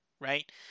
right